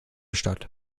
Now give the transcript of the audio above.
statt